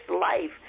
life